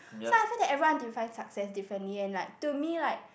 so I feel that everyone define success differently and like to me like